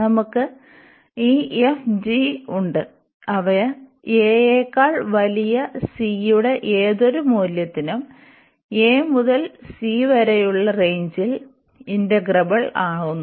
നമുക്ക് ഈ f g ഉണ്ട് അവ a യേക്കാൾ വലിയ c യുടെ ഏതൊരു മൂല്യത്തിനും a മുതൽ c വരെയുള്ള റേഞ്ചിൽ ഇന്റഗ്രബിൾ ആകുന്നു